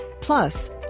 Plus